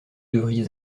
devriez